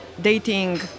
dating